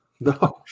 No